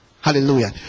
Hallelujah